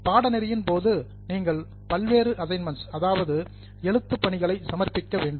பாடநெறியின் போது நீங்கள் பல்வேறு அசைன்மென்ட் அதாவது எழுத்து பணிகளை சமர்ப்பிக்க வேண்டும்